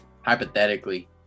hypothetically